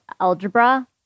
algebra